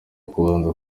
kubanza